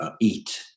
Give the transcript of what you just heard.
eat